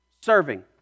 Serving